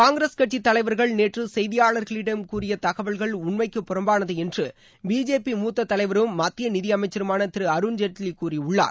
காங்கிரஸ் கட்சி தலைவர்கள் நேற்று செய்தியாளர்களிடம் கூறிய தகவல்கள் உண்மைக்கு புறம்பானது என்று பிஜேபி மூத்த தலைவரும் மத்திய நிதியமைச்சருமான திரு அருண்ஜேட்லி கூறியுள்ளார்